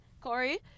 Corey